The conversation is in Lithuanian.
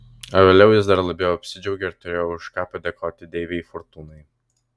o vėliau jis dar labiau apsidžiaugė ir turėjo už ką padėkoti deivei fortūnai